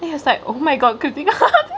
then he was like oh my god